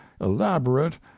elaborate